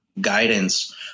guidance